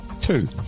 Two